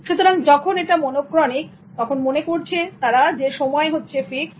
সুতরাং যখন এটা মনোক্রনিক তারা মনে করছে সময় ফিক্সড